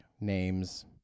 names